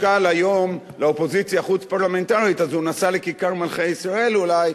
משקל היום לאופוזיציה חוץ-פרלמנטרית אז הוא נסע לכיכר מלכי-ישראל אולי,